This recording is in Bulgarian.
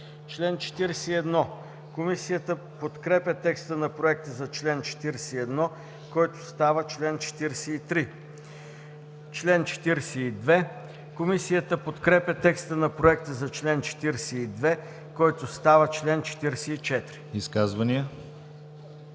чл. 41. Комисията подкрепя текста на проекта за чл. 40, който става чл. 42. Комисията подкрепя текста на проекта за чл. 41, който става чл. 43. Комисията